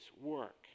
work